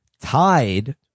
tied